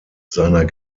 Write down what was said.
seiner